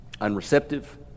Unreceptive